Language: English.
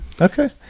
Okay